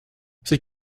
c’est